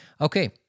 Okay